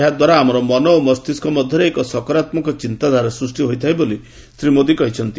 ଏହା ଦ୍ୱାରା ଆମର ମନ ଓ ମସ୍ତିଷ୍କ ମଧ୍ୟରେ ଏକ ସକାରାତ୍ମକ ଚିନ୍ତାଧାରା ସୃଷ୍ଟି ହୋଇଥାଏ ବୋଲି ଶ୍ରୀ ମୋଦୀ କହିଛନ୍ତି